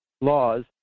laws